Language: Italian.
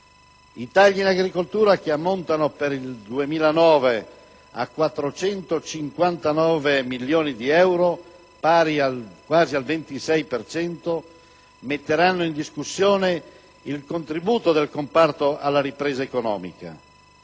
I tagli in agricoltura che ammontano per il 2009 a 459 milioni di euro (pari quasi al 26 per cento) metteranno in discussione il contributo del comparto alla ripresa economica.